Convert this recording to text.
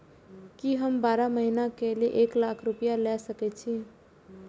की हम बारह महीना के लिए एक लाख रूपया ले सके छी?